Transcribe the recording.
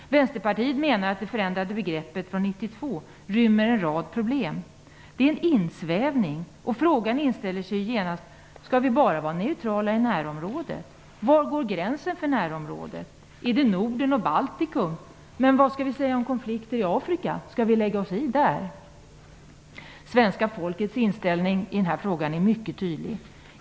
Vänsterpartiet menar att det förändrade begreppet från 1992 rymmer en rad problem. Det är en insvävning, och frågan inställer sig genast om vi bara skall vara neutrala i närområdet. Var går gränsen för närområdet? Är det Norden och Baltikum? Men vad skall vi säga om konflikter i Afrika? Skall vi lägga oss i dem? Svenska folkets inställning i den här frågan är mycket tydlig.